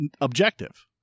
objective